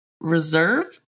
reserve